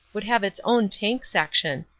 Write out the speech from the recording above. would have its own tank section,